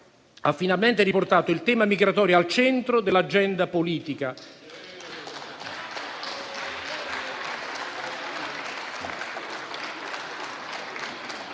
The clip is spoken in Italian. ha finalmente riportato il tema migratorio al centro dell'agenda politica